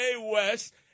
West